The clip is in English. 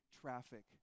traffic